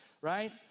right